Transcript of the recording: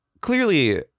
clearly